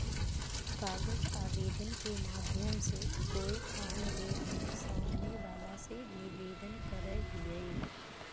कागज आवेदन के माध्यम से कोय काम ले हम सामने वला से निवेदन करय हियय